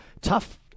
Tough